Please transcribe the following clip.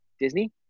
Disney